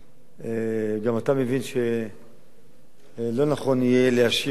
שגם אתה מבין שלא נכון יהיה להשיב ולהתייחס.